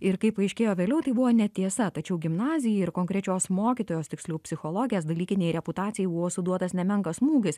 ir kaip paaiškėjo vėliau tai buvo netiesa tačiau gimnazijai ir konkrečios mokytojos tiksliau psichologės dalykinei reputacijai buvo suduotas nemenkas smūgis